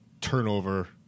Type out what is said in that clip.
turnover